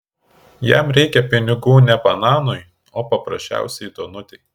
jam reikia pinigų ne bananui o paprasčiausiai duonutei